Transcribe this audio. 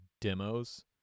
demos